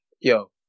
Yo